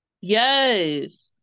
Yes